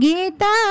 Gita